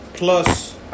Plus